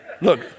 Look